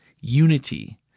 unity